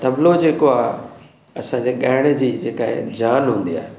तबलो जेको आहे असांजे ॻाइण जी जेका आहे जान हूंदी आहे